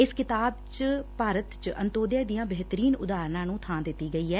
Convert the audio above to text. ਇਸ ਕਿਤਾਬ ਵਿਚ ਭਾਰਤ ਚ ਅੰਤੋਦੈਆ ਦੀਆਂ ਬੇਹਤਰੀਨ ਉਦਾਰਣਾਂ ਨ੍ਰੰ ਬਾਂ ਦਿੱਤੀ ਗਈ ਐ